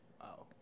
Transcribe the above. Wow